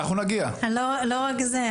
לא רק זה,